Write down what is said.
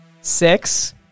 Six